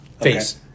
face